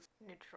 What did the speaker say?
Neutral